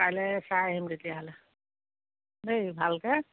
কাইলৈ চাই আহিম তেতিয়াহ'লে দেই ভালকৈ